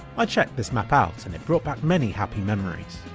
i checked this map out and it brought back many happy memories.